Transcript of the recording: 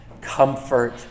comfort